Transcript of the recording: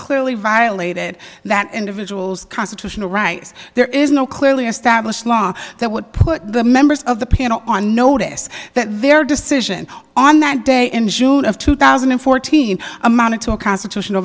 clearly violated that individual's constitutional rights there is no clearly established law that would put the members of the panel on notice that their decision on that day in june of two thousand and fourteen amounted to a constitutional